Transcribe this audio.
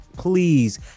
please